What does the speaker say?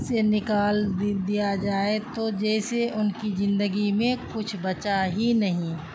سے نکال دیا جائے تو جیسے ان کی زندگی میں کچھ بچا ہی نہیں